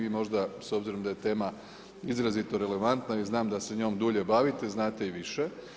Mi možda s obzirom da je tema izrazito relevantna i znam da se njom dulje bavite znate i više.